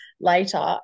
later